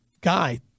guy